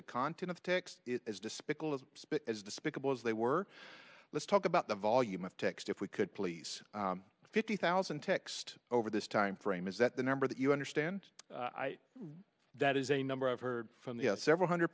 the content of the text as despicable as as despicable as they were let's talk about the volume of text if we could please fifty thousand text over this time frame is that the number that you understand that is a number of her from the several hundred